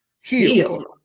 healed